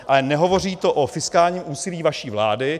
Ale nehovoří to o fiskálním úsilí vaší vlády.